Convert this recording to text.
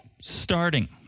starting